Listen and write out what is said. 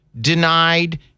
denied